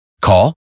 Call